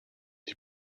die